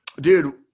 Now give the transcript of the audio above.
dude